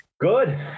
Good